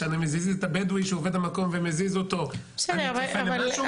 כשאני מזיז את הבדואי שעובד במקום ומזיז אותו אני צופה למשהו,